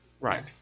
Right